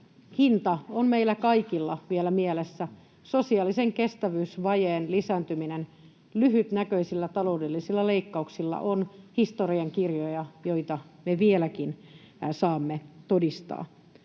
hinta on meillä kaikilla vielä mielessä: sosiaalisen kestävyysvajeen lisääntyminen lyhytnäköisillä taloudellisilla leikkauksilla on historiankirjoja, joita me vieläkin saamme todistaa.